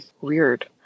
weird